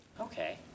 Okay